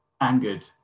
angered